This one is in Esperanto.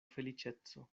feliĉeco